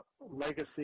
legacy